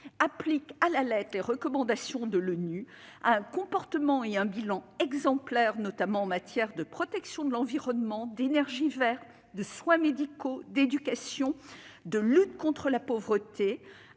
applique à la lettre les recommandations de l'ONU, a un comportement et un bilan exemplaires- notamment en matière de protection de l'environnement, d'énergie verte, de soins médicaux, d'éducation, de lutte contre la pauvreté